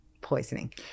poisoning